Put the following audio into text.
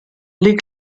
les